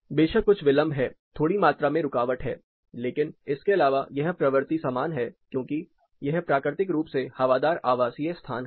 बेशक कुछ विलंब है थोड़ी मात्रा में रुकावट है लेकिन इसके अलावा यह प्रवृत्ति समान है क्योंकि यह प्राकृतिक रूप से हवादार आवासीय स्थान है